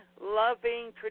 Loving